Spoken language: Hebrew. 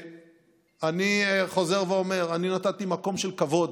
אני חוזר ואומר: אני נתתי מקום של כבוד